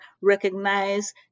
recognize